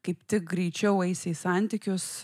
kaip tik greičiau eisi į santykius